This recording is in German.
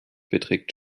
beträgt